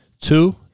Two